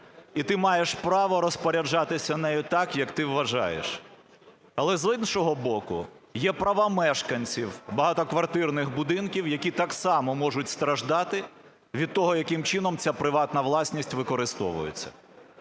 і ти маєш право розпоряджатися нею так, як ти вважаєш, але, з іншого боку, є права мешканців багатоквартирних будинків, які так само можуть страждати від того, яким чином ця приватна власність використовується.